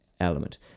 Element